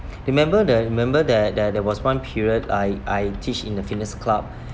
remember the remember there there there was one period I I teach in the fitness club